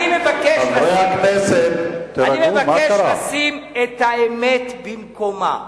אני מבקש לשים את האמת במקומה.